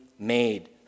made